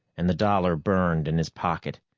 and the dollar burned in his pocket.